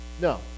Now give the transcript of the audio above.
No